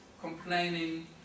complaining